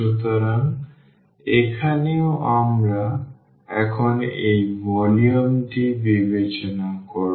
সুতরাং এখানেও আমরা এখন এই ভলিউমটি বিবেচনা করব